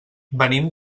venim